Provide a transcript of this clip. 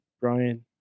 Brian